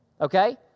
Okay